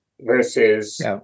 versus